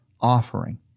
offering